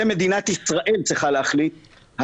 זה מדינת ישראל צריכה להחליט,